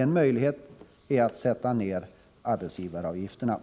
En möjlighet är att sänka arbetsgivaravgifterna.